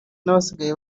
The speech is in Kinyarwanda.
n’abasigaye